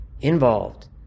involved